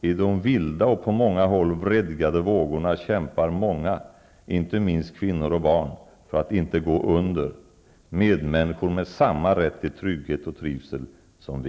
I de vilda och på många håll vredgade vågorna kämpar många, inte minst kvinnor och barn, för att inte gå under -- medmänniskor med samma rätt till trygghet och trivsel som vi.